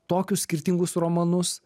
tokius skirtingus romanus